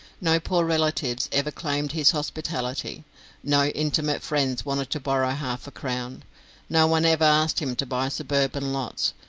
no poor relatives ever claimed his hospitality no intimate friends wanted to borrow half-a-crown no one ever asked him to buy suburban lots,